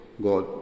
God